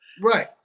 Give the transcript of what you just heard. Right